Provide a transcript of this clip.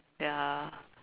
ya